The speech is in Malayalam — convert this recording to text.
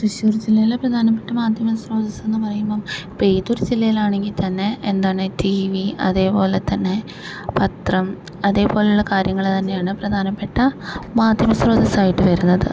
തൃശൂർ ജില്ലയിലെ പ്രധാനപ്പെട്ട മാധ്യമ സ്രോതസ്സെന്ന് പറയുമ്പം ഇപ്പം ഏതൊരു ജില്ലയിലാണെങ്കിൽ തന്നെ എന്താണ് ടീ വീ അതേപോലെതന്നെ പത്രം അതെപോലുള്ള കാര്യങ്ങളന്നെയാണ് പ്രധാനപ്പെട്ട മാധ്യമ സ്രോതസ്സായിട്ട് വരുന്നത്